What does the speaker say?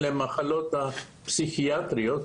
זה המחלות הפסיכיאטריות.